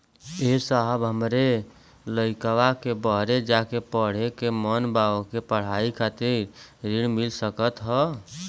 ए साहब हमरे लईकवा के बहरे जाके पढ़े क मन बा ओके पढ़ाई करे खातिर ऋण मिल जा सकत ह?